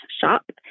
shop